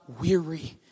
weary